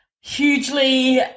hugely